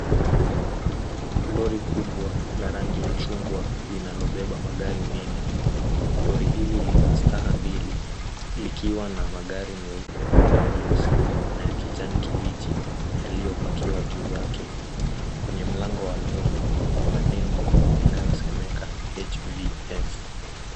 Lori kubwa la rangi ya chungwa linalobeba magari mengi. Lori hili lina staha mbili, likiwa na magari meupe, nyeusi na ya kijani kibichi yaliyopakiwa juu yake. Kwenye mlango wa lori kuna nembo inayosomeka HVS.